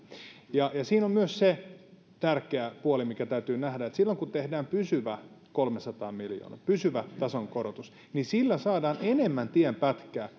ja siinä on myös se tärkeä puoli mikä täytyy nähdä että silloin kun tehdään pysyvä kolmesataa miljoonaa pysyvä tasonkorotus niin sillä saadaan enemmän tienpätkää